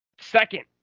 Second